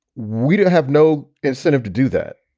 we do have no incentive to do that.